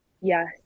Yes